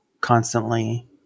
constantly